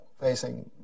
facing